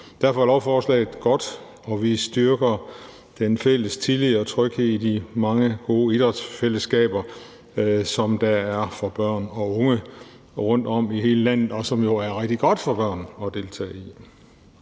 Derfor er lovforslaget godt, og vi styrker den fælles tillid og tryghed i de mange gode idrætsfællesskaber, der er for børn og unge rundtomkring i hele landet, og som jo er rigtig godt for børn at deltage i.